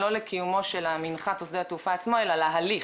לא לקיומו של המנחת או שדה התעופה עצמו אלא להליך.